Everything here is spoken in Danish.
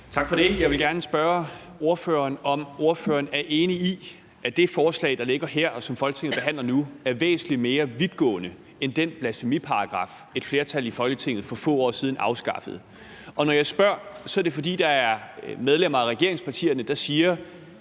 Tak for det. Jeg vil gerne spørge ordføreren, om ordføreren er enig i, at det forslag, der ligger her, og som Folketinget behandler nu, er væsentlig mere vidtgående end den blasfemiparagraf, et flertal i Folketinget for få år siden afskaffede. Når jeg spørger, er det jo, fordi der er medlemmer af regeringspartierne, der siger,